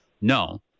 No